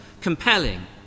compelling